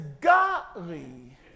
godly